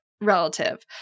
relative